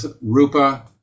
Rupa